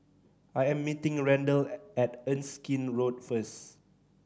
I am meeting Randell at Erskine Road first